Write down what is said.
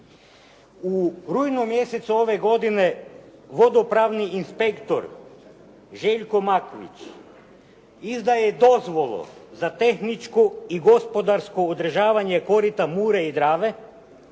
U rujnu mjesecu ove godine vodopravni inspektor Željko Makulić izdaje dozvolu za tehničko i gospodarsko održavanje korita Mure i Drave